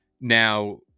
Now